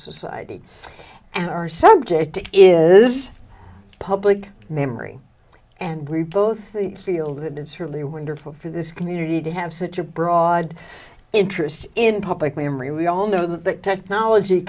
society and our subject is public memory and we both feel that it's really wonderful for this community to have such a broad interest in public memory we all know that technology